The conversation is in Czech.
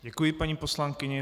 Děkuji paní poslankyni.